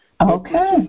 Okay